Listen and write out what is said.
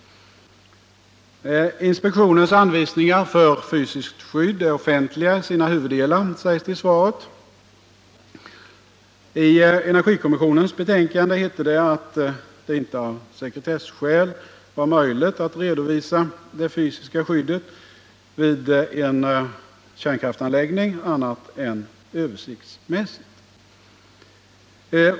Inspektionens anvisningar för fysiskt skydd är offentliga i sina huvuddelar, sägs det i svaret. I energikommissionens betänkande heter det att det av sekretesskäl inte är möjligt att redovisa det fysiska skyddet vid en kärnkraftsanläggning annat än översiktsmässigt.